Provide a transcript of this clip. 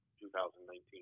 2019